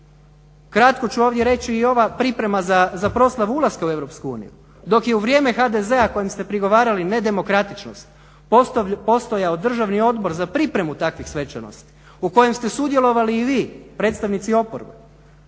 Kratko ću ovdje reći i ova priprema za proslavu ulaska u EU, dok je u vrijeme HDZ-a kojem ste prigovarali nedemokratičnost postojao državni odbor za pripremu takvih svečanosti u kojem ste sudjelovali i vi predstavnici oporbe,